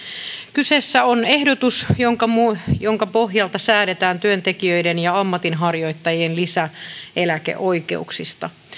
kyseessä on ehdotus jonka pohjalta säädetään työntekijöiden ja ammatinharjoittajien lisäeläkeoikeuksista